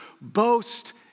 boast